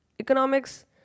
Economics